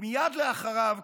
מייד אחריו,